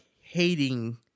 hating